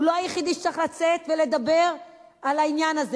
הוא לא היחיד שצריך לצאת ולדבר על העניין הזה.